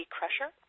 Crusher